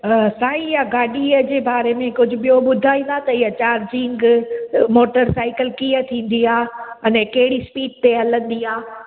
साईं इहा गाॾीअ जे बारे में कुझु ॿियो ॿुधाईंदा त इहा चार्जिंग मोटर साइकल कीअं थींदी आहे अने कहिड़ी स्पीड ते हलंदी आहे